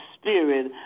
spirit